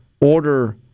order